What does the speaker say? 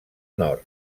nord